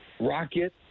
Rocket